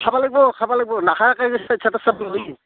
চাব লাগব চাব লাগব নাখাৱকে থাকিলেও থিয়েটাৰ চামেই